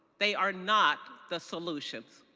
they are not the solutions.